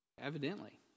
Evidently